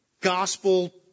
gospel